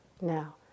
now